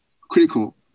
critical